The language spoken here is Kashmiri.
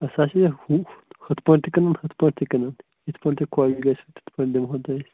اَسہِ آسیٛا ہُہ ہُتھ پٲٹھۍ تہِ کٕنان ہُتھ پٲٹھۍ تہِ کٕنان یِتھ پٲٹھۍ تۄہہِ خۄش گژھِ تِتھ پٲٹھۍ دِمہو تۄہہِ أسۍ